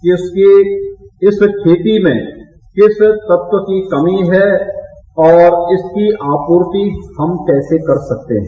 कि उसकी इस खेती में किस तत्व की कमी है और इसकी आपूर्ति हम कैंसे कर सकते हैं